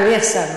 אדוני השר,